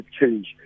change